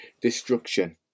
destruction